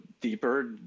deeper